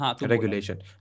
Regulation